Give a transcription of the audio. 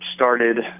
started